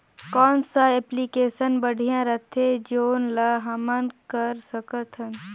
कौन सा एप्लिकेशन बढ़िया रथे जोन ल हमन कर सकथन?